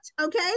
okay